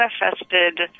manifested